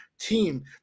team